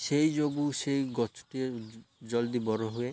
ସେଇ ଯୋଗୁଁ ସେଇ ଗଛଟିଏ ଜଲ୍ଦି ବଡ଼ ହୁଏ